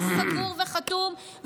היה סגור וחתום,